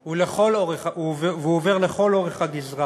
הוא עובר לכל אורך הגזרה